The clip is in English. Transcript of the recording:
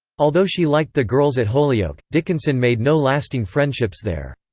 although she liked the girls at holyoke, dickinson made no lasting friendships there.